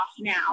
now